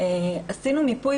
עשינו מיפוי,